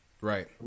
Right